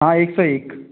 हाँ एक सौ एक